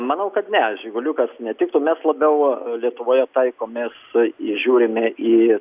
manau kad ne žiguliukas netiktų mes labiau lietuvoje taikomės į žiūrime į